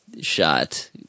shot